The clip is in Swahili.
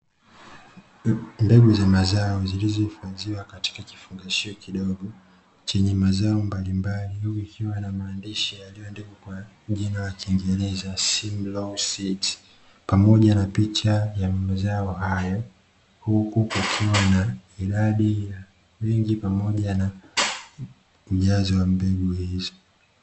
Mbegu za mazao zilizohifadhiwa katika kifungashio kidogo chenye mazao mbalimbali, huku kukiwa na maandishi yaliyoandikwa jina la kiingereza “simlaw seeds” pamoja na picha ya mazao hayo; huku kukiw na idadi pamoja na ujazo wa mbegu hizo.